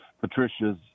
Patricia's